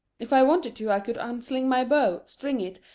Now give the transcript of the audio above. if i wanted to i could unsling my bow, string it,